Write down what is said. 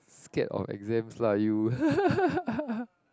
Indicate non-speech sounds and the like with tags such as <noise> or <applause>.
scared of exams lah you <laughs>